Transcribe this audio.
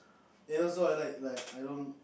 it also like like I know